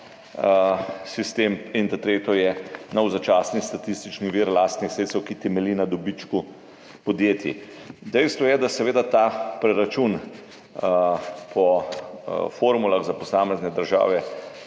in tretje je nov začasni statistični vir lastnih sredstev, ki temelji na dobičku podjetij. Dejstvo je, da seveda ta preračun po formulah za posamezne države